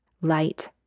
light